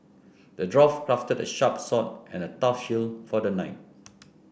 the dwarf crafted a sharp sword and a tough shield for the knight